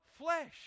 flesh